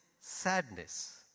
sadness